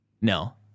No